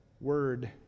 word